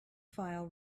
file